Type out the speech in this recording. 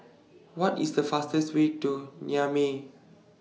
What IS The fastest Way to Niamey